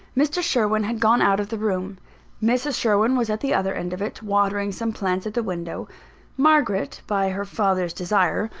mr. sherwin had gone out of the room mrs. sherwin was at the other end of it, watering some plants at the window margaret, by her father's desire,